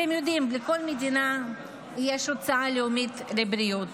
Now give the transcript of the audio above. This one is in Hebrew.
אתם יודעים, לכל מדינה יש הוצאה לאומית על בריאות.